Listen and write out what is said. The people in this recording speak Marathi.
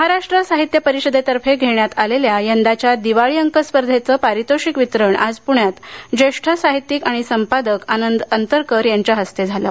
महाराष्ट्र साहित्य परिषदेतर्फे घेण्यात आलेल्या यंदाच्या दिवाळी अंक स्पर्धेचे पारितोषिक वितरण आज प्ण्यात ज्येष्ठ साहित्यिक आणि संपादक आनंद अंतरकर यांच्या हस्ते झाले